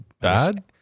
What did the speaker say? bad